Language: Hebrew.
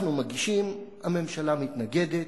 אנחנו מגישים, הממשלה מתנגדת,